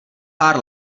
pár